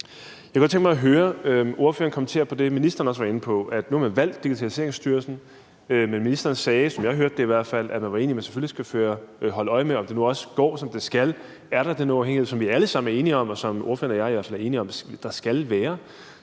Jeg kunne godt tænke mig at høre ordføreren kommentere på det, ministeren var inde på, altså at nu har man valgt Digitaliseringsstyrelsen, men ministeren sagde, i hvert fald sådan, som jeg hørte det, at man var enig i, at man selvfølgelig skal holde øje med, om det nu også går, som det skal, og om der er den uafhængighed, som vi alle sammen er enige om, det er ordføreren og jeg i hvert fald, skal være